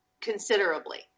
considerably